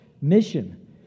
mission